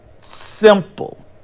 simple